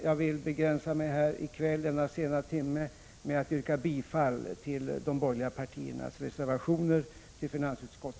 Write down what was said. Jag vill begränsa mig här i kväll vid denna sena timme till att